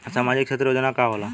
सामाजिक क्षेत्र योजना का होला?